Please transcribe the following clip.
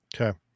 Okay